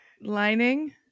Lining